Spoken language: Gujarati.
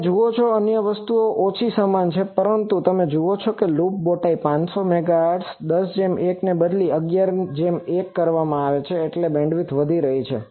તમે જુઓ અન્ય વસ્તુઓ વધુ કે ઓછી સમાન છે પરંતુ તમે જુઓ છો કે લૂપ બોટાઈ 500 મેગાહર્ટઝ 10 જેમ 1 થી બદલીને 11 જેમ 1 કરવામાં આવી છે એટલે કે બેન્ડવિડ્થ વધી રહી છે